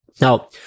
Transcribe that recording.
Now